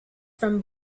from